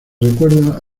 recuerda